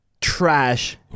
trash